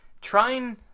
trying